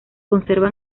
conserva